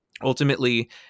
ultimately